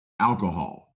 Alcohol